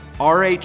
RH